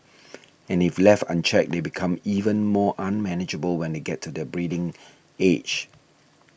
and if left unchecked they become even more unmanageable when they get to their breeding age